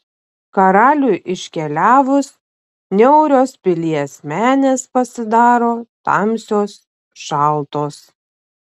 karaliui iškeliavus niaurios pilies menės pasidaro tamsios šaltos